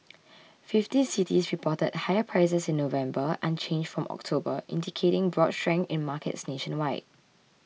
fifty cities reported higher prices in November unchanged from October indicating broad strength in markets nationwide